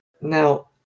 Now